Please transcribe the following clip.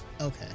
Okay